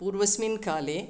पूर्वस्मिन् काले